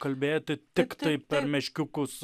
kalbėti tiktai per meškiukus